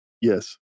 Yes